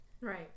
Right